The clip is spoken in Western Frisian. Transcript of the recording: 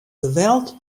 geweld